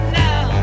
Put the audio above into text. now